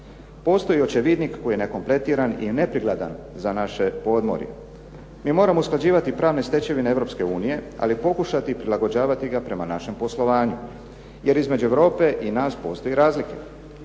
Postoji očevidnik koji je nekompletiran i nepregledan za naše podmorje. Mi moramo usklađivati pravne stečevine Europske unije ali pokušati prilagođavati ga prema našem poslovanju jer između Europe i nas postoje razlike.